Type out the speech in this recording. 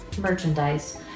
merchandise